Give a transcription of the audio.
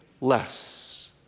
less